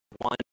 One